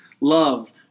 Love